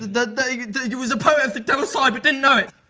that. that he was a poet of the devil's side but didn't know it!